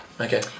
Okay